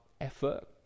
effort